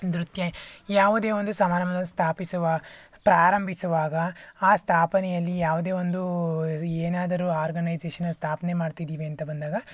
ನೃತ್ಯ ಯಾವುದೇ ಒಂದು ಸಮಾರಂಭವನ್ನು ಸ್ಥಾಪಿಸುವ ಪ್ರಾಂಭಿಸುವಾಗ ಆ ಸ್ಥಾಪನೆಯಲ್ಲಿ ಯಾವುದೇ ಒಂದು ಏನಾದರೂ ಆರ್ಗನೈಜೇಷನನ್ನು ಸ್ಥಾಪನೆ ಮಾಡ್ತಿದ್ದೀವಿ ಅಂತ ಬಂದಾಗ